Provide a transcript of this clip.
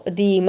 di